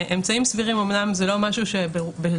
"אמצעים סבירים" אומנם זה לא משהו בלשון